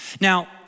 Now